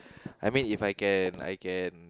I mean If I can I can